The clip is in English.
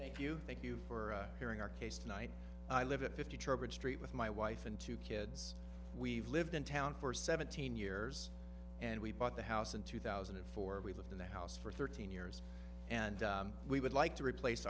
thank you thank you for hearing our case tonight i live at fifty trowbridge street with my wife and two kids we've lived in town for seventeen years and we bought the house in two thousand and four we've lived in the house for thirteen years and we would like to replace